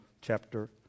chapter